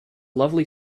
lovely